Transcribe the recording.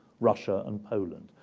russia and poland.